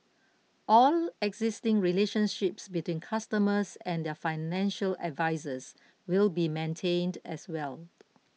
all existing relationships between customers and their financial advisers will be maintained as well